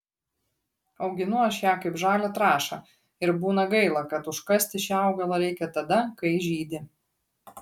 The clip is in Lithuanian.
auginu aš ją kaip žalią trąšą ir būna gaila kad užkasti šį augalą reikia tada kai žydi